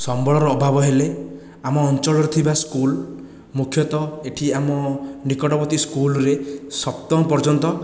ସମ୍ବଳର ଅଭାବ ହେଲେ ଆମ ଅଞ୍ଚଳରେ ଥିବା ସ୍କୁଲ ମୁଖ୍ୟତଃ ଏଠି ଆମ ନିକଟବର୍ତ୍ତୀ ସ୍କୁଲରେ ସପ୍ତମ ପର୍ଯ୍ୟନ୍ତ